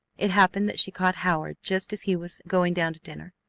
it happened that she caught howard just as he was going down to dinner.